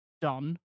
done